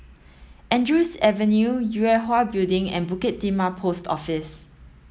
Andrews Avenue Yue Hwa Building and Bukit Timah Post Office